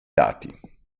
lati